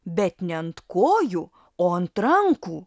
bet ne ant kojų o ant rankų